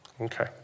Okay